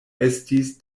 estis